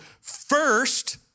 first